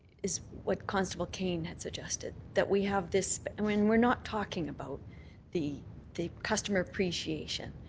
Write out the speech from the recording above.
is what constable cane has suggested. that we have this i mean, we're not talking about the the customer appreciation,